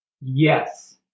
Yes